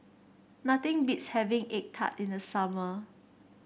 nothing beats having egg tart in the summer